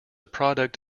product